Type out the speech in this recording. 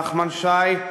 נחמן שי,